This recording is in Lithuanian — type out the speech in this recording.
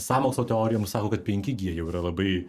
sąmokslo teorijom ir sako kad penki gie jau yra labai